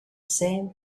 same